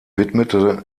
widmete